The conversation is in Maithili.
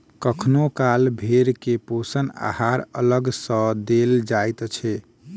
कखनो काल भेंड़ के पोषण आहार अलग सॅ देल जाइत छै